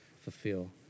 fulfill